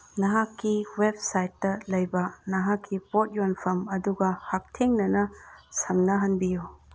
ꯅꯍꯥꯛꯀꯤ ꯋꯦꯞꯁꯥꯏꯠꯇ ꯂꯩꯕ ꯅꯍꯥꯛꯀꯤ ꯄꯣꯠ ꯌꯣꯟꯐꯝ ꯑꯗꯨꯒ ꯍꯛꯊꯦꯡꯅꯅ ꯁꯝꯅꯍꯟꯕꯤꯌꯨ